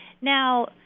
Now